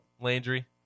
Landry